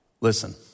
listen